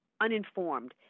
uninformed